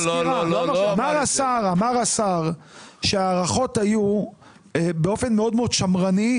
אמר השר שההערכות היו באופן מאוד שמרני,